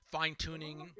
fine-tuning